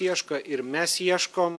ieško ir mes ieškom